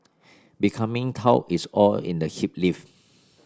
becoming taut is all in the hip lift